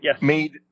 made